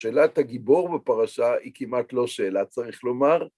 שאלת הגיבור בפרשה היא כמעט לא שאלה, צריך לומר.